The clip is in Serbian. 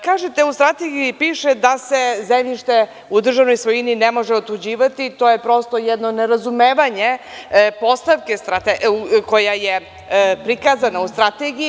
Kažete u Strategiji piše da se zemljište u državnoj svojini ne može otuđivati, to je prosto jedno nerazumevanje postavke koja je prikazana u Strategiji.